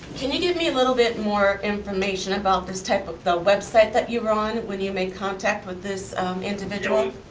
can you give me a little bit more information about this type of the website that you were on, when you made contact this individual.